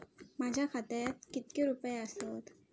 माझ्या खात्यात कितके रुपये आसत?